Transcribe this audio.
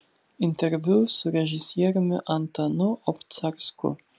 interviu su režisieriumi antanu obcarsku